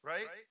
Right